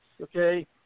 okay